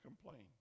complain